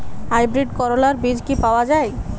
Hybrid করলার বীজ কি পাওয়া যায়?